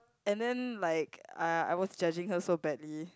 and then like I I was judging her so badly